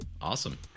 Awesome